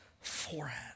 forehead